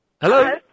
Hello